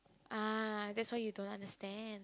ah that's why you don't understand